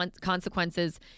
consequences